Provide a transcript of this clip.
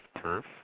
Turf